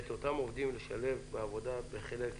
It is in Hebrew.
ואת אותם עובדים לשלב בעבודה בחלק מהימים.